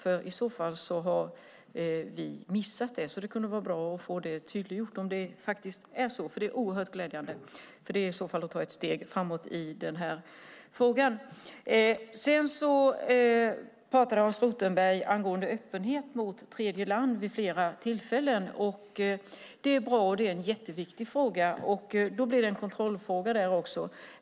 I så fall har vi missat det, så det kunde vara bra att få det tydliggjort. Om det är klart att det blir så är det oerhört glädjande, för det är i så fall att ta ett steg framåt i den här frågan. Hans Rothenberg talade vid flera tillfällen om öppenhet mot tredjeland. Det är en jätteviktig fråga. Där blir det också en kontrollfråga.